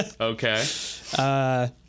Okay